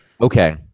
Okay